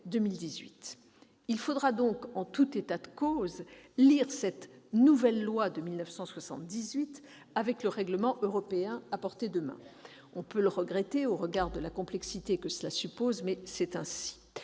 Il faudra donc, en tout état de cause, lire cette nouvelle loi de 1978 avec le règlement européen à portée de main. On peut le regretter, au regard de la complexité que cet exercice suppose, mais il en est ainsi.